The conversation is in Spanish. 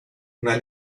una